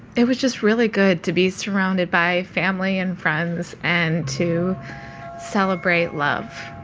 it was just really good to be surrounded by family and friends and to celebrate love.